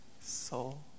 soul